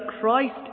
Christ